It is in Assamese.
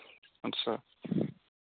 আচ্ছা